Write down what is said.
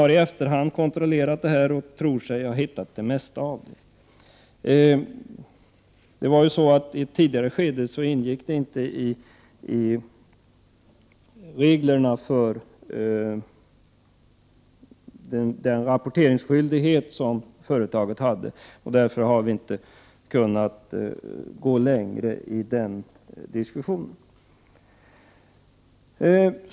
I efterhand har kontroller gjorts. Man tror sig nu veta vart det mesta av det tunga vattnet har tagit vägen. I ett tidigare skede omfattades tungt vatten inte av den rapportskyldighet som gällde för företaget. Därför har vi inte kunnat gå längre i den diskussionen.